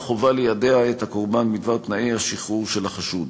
חלה חובה ליידע את הקורבן בדברי תנאי השחרור של החשוד.